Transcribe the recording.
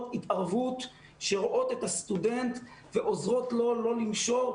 התערבות שרואות את הסטודנט ועוזרות לו לא לנשור,